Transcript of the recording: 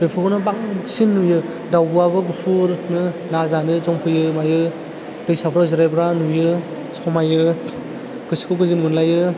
बेफोरखौनो बांसिन नुयो दाउब'वाबो गुफुरनो ना जानो जमफैयो मायो दैसाफ्राव जिरायब्रा नुयो समायो गोसोखौ गोजोन मोनलायो